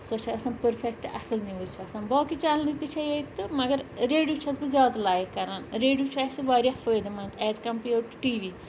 سۄ چھےٚ آسان پٔرفیکٹ اَصٕل نِوٕز چھِ آسان باقٕے چَنلہٕ تہِ چھےٚ ییٚتہِ تہٕ مگر ریڈیو چھَس بہٕ زیادٕ لایک کَران ریڈیو چھُ اَسہِ واریاہ فٲیدٕ منٛد as compared to T V